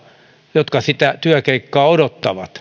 jotka sitä työkeikkaa odottavat